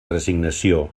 resignació